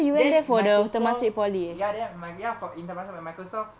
then microsoft ya then ya for in temasek my microsoft